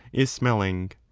is smelling.